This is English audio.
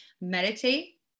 meditate